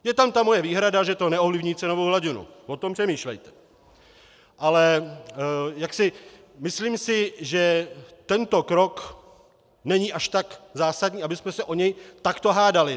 Je tam ta moje výhrada, že to neovlivní cenovou hladinu, o tom přemýšlejte, ale jaksi myslím si, že tento krok není až tak zásadní, abychom se o něj takto hádali.